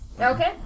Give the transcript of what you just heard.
Okay